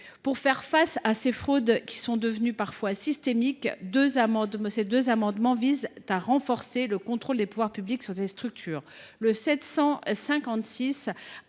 Pour faire face à ces fraudes, qui sont devenues parfois systémiques, ces deux amendements visent à renforcer le contrôle des pouvoirs publics sur ces structures.